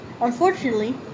Unfortunately